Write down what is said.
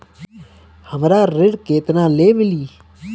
हमरा ऋण केतना ले मिली?